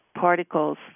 particles